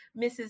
Mrs